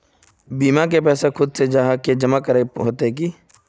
बीमा के पैसा खुद से जाहा के जमा करे होते की?